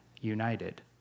united